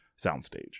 soundstage